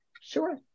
Sure